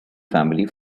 family